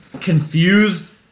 confused